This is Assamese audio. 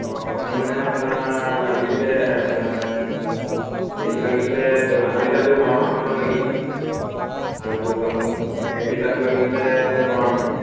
অঁ পানী মানে আপোনাৰ লাগিছিলে আপোনাৰ হেৰিটো লাগিছিলে আধা লিটাৰটো বাৰ কাৰ্টনমান লাগিছিলে আৰু আপোনাৰ এক লিটাৰটো লাগিছিলে পোন্ধৰ কাৰ্টনমান